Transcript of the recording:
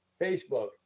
Facebook